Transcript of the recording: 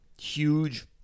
huge